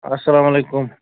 اَسَلام علیکُم